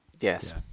Yes